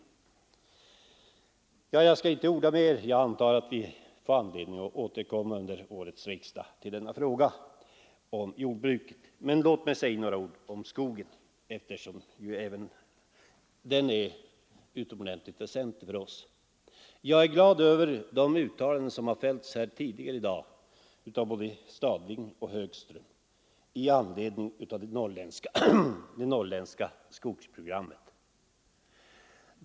Jag skall inte orda mer om detta. Jag antar att vi får anledning att återkomma till denna fråga under årets riksdag. Låt mig säga några ord om skogen, eftersom även den är utomordentlig väsentlig för oss. Jag är glad över de uttalanden som gjorts här tidigare i dag av både herr Stadling och herr Högström i anledning av det norrländska skogsprogrammet.